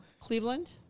Cleveland